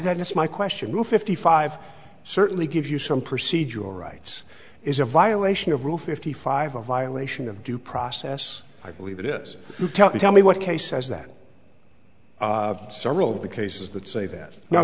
is that is my question rule fifty five certainly give you some procedural rights is a violation of rule fifty five a violation of due process i believe it is to tell you tell me what case says that several of the cases that say that